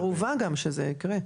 ערובה גם שזה יקרה.